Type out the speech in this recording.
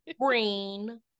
green